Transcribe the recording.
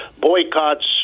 boycotts